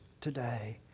today